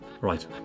Right